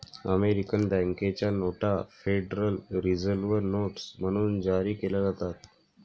American बँकेच्या नोटा federal reserve notes म्हणून जारी केल्या जातात